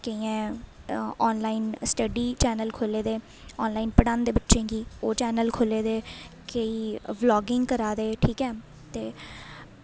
केइयें online study channel खोह्ले दे आनलाइन पढ़ांदे बच्चें गी ओह् चैनल खोह्ले दे केईं ब्लॉगिंग करा दे ठीक ऐ ते